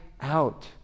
out